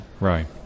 Right